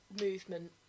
movement